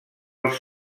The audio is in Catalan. els